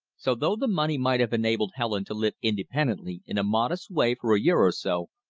so though the money might have enabled helen to live independently in a modest way for a year or so,